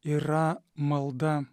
yra malda